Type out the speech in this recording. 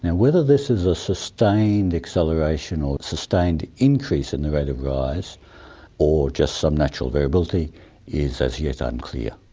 and whether this is a sustained acceleration or a sustained increase in the rate of rise or just some natural variability is as yet unclear.